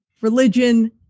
religion